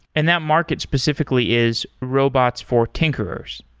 and that market specifically is robots for tinkerers